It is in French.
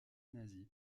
nazi